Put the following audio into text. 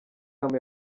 ham